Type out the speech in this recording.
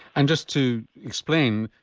and just to explain,